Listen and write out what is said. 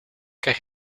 krijg